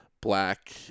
Black